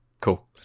Cool